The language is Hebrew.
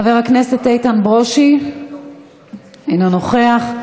חבר הכנסת איתן ברושי, אינו נוכח.